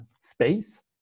space